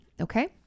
okay